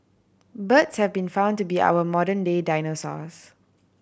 birds have been found to be our modern day dinosaurs